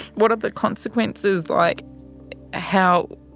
what are the consequences? like how?